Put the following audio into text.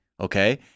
Okay